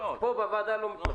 ירון, פה בוועדה לא מתפרצים.